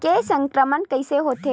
के संक्रमण कइसे होथे?